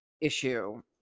issue